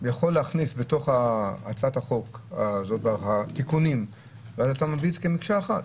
להכניס בתוך הצעת החוק תיקונים ואז אתה מביא את זה כמקשה אחת.